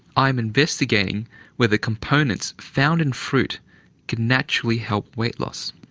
i'm investigating whether components found in fruit can naturally help weight loss.